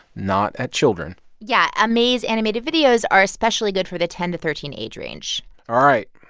not at children yeah, amaze animated videos are especially good for the ten to thirteen age range all right.